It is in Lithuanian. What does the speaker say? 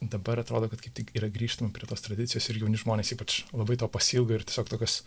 dabar atrodo kad kaip tik yra grįžtama prie tos tradicijos ir jauni žmonės ypač labai to pasiilgo ir tiesiog tokios